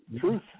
Truth